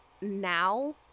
now